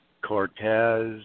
Cortez